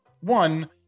One